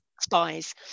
spies